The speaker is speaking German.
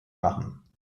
machen